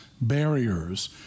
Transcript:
barriers